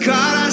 God